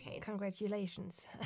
Congratulations